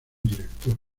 director